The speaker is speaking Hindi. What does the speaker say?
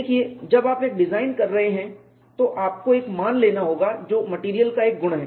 देखिए जब आप एक डिजाइन कर रहे हैं तो आपको एक मान लेना होगा जो मेटेरियल का एक गुण है